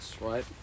right